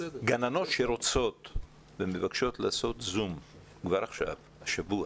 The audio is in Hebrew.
מבקשים מגננות שרוצות לעשות זום כבר השבוע